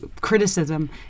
criticism